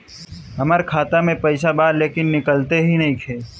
हमार खाता मे पईसा बा लेकिन निकालते ही नईखे?